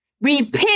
Repent